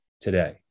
today